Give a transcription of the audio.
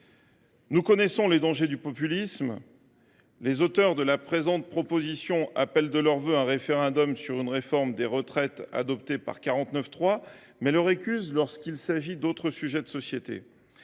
Nous connaissons les dangers du populisme. Les auteurs de la présente proposition appellent de leurs vœux un référendum sur une réforme des retraites adoptée par le biais du 49.3, mais le récusent lorsqu’il s’agit d’autres sujets de société.